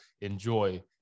enjoy